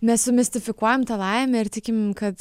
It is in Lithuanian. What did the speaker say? mes sumistifikuojam tą laimę ir tikim kad